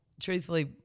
truthfully